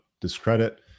discredit